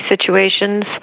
situations